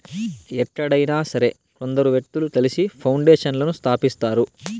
ఎక్కడైనా సరే కొందరు వ్యక్తులు కలిసి పౌండేషన్లను స్థాపిస్తారు